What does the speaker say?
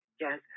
yes